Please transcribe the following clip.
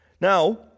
Now